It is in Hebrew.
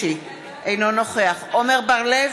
אינו נוכח איתן ברושי, אינו נוכח עמר בר-לב,